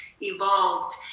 evolved